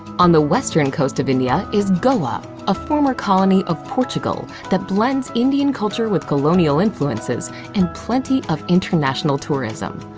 on the western coast of india is goa, a former colony of portugal that blends indian culture with colonial influences and plenty of international tourism.